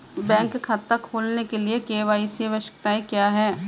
Bank खाता खोलने के लिए के.वाई.सी आवश्यकताएं क्या हैं?